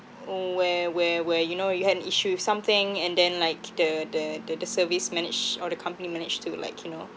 where where where you know you had an issue something and then like the the the the service managed or the company managed to like you know